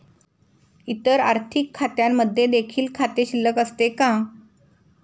इतर आर्थिक खात्यांमध्ये देखील खाते शिल्लक असते का?